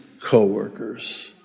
Co-Workers